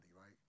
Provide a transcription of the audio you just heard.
right